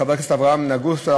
חבר הכנסת אברהם נגוסה,